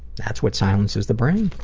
that's what silences the brain.